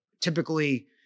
typically